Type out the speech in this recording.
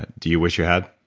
ah do you wish you had?